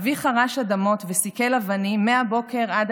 אבי חרש אדמות וסיקל אבנים מהבוקר עד